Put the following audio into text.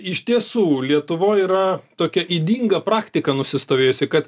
iš tiesų lietuvoje yra tokia ydinga praktika nusistovėjusi kad